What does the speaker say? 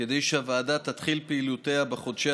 כדי שהוועדה תתחיל פעילויותיה בחודשי